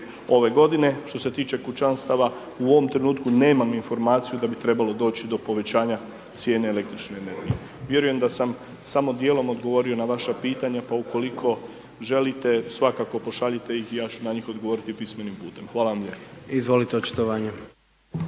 ove godine. Što se tiče kućanstava, u ovom trenutku nemam informaciju da bi trebalo doći do povećanja cijene električne energije. Vjerujem da sam samo djelom odgovorio na vaša pitanja, pa ukoliko želite, svakako pošaljite ih i ja ću na njih odgovoriti i pismenim putem. Hvala vam lijepo.